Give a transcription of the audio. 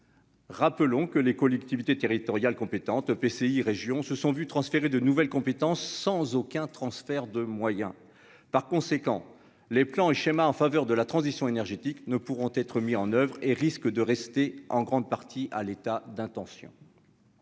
Rappelons que les collectivités territoriales compétentes EPCI Région se sont vu transférer de nouvelles compétences sans aucun transfert de moyens par conséquent les plans et schémas en faveur de la transition énergétique ne pourront être mis en oeuvre et risque de rester en grande partie à l'État d'intentions.